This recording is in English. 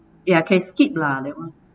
ya can skip lah that one